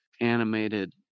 animated